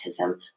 autism